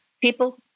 People